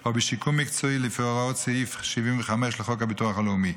או בשיקום מקצועי לפי הוראות סעיף 75 לחוק הביטוח הלאומי.